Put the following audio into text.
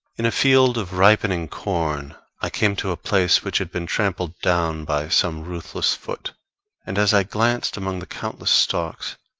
in a field of ripening corn i came to a place which had been trampled down by some ruthless foot and as i glanced amongst the countless stalks,